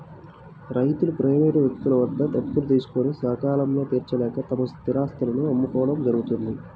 రైతులు ప్రైవేటు వ్యక్తుల వద్ద అప్పులు తీసుకొని సకాలంలో తీర్చలేక తమ స్థిరాస్తులను అమ్ముకోవడం జరుగుతోంది